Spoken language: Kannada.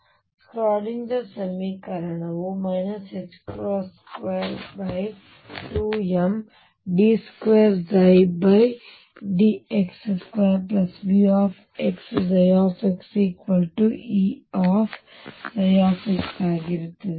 ಇಲ್ಲಿ ಶ್ರೋಡಿಂಗರ್ ಸಮೀಕರಣವು 22md2dx2VxxEψx ಆಗಿರುತ್ತದೆ